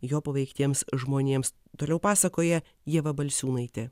jo paveiktiems žmonėms toliau pasakoja ieva balsiūnaitė